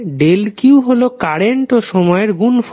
∆q হলো কারেন্ট ও সময়ের গুনফল